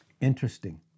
Interesting